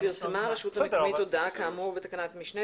" פרסמה הרשות המקומית הודעה כאמור בתקנת משנה",